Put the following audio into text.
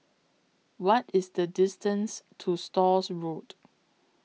What IS The distance to Stores Road